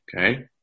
Okay